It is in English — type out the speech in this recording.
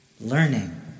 Learning